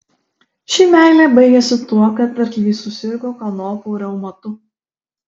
ši meilė baigėsi tuo kad arklys susirgo kanopų reumatu